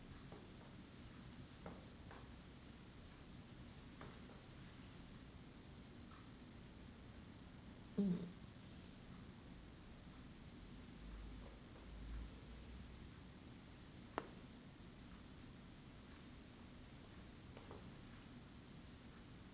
mm